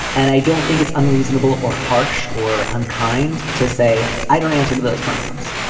and i don't think it's unreasonable or harsh or unkind to say i don't answer to those pronouns.